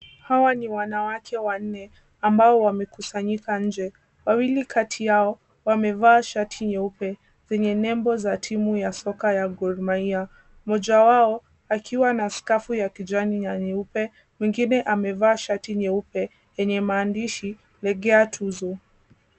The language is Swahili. Hawa ni wanawake wanne ambao wamekusanyika nje, wawili kati yao wamevaa shati nyeupe zenye nembo za timu ya soka ya Gor Mahia. Mmoja wao akiwa na skafu ya kijani na nyeupe. Mwingine amevaa shati nyeupe yenye maandishi legea tuzo.